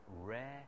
rare